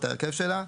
את ההרכב שלה.